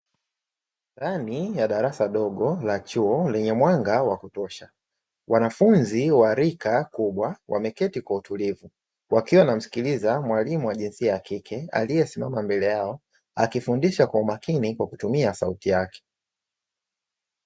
Ndani ya darasa dogo la chuo, lenye mwanga wa kutosha. Wanafunzi wa rika kubwa wameketi kwa utulivu wakiwa wanamsikiliza mwalimu wa jinsia ya kike aliyesimama mbele yao, akifundisha kwa umakini kwa kutumia sauti yake.